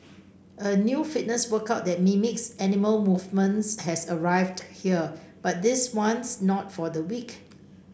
a new fitness workout that mimics animal movements has arrived here but this one's not for the weak